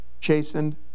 chastened